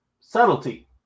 subtlety